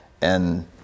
and-